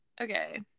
okay